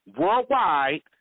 worldwide